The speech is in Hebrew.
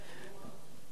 איך?